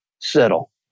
settle